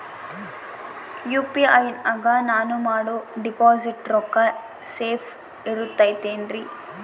UPI ನಾಗ ನಾನು ಮಾಡೋ ಡಿಪಾಸಿಟ್ ರೊಕ್ಕ ಸೇಫ್ ಇರುತೈತೇನ್ರಿ?